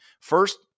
First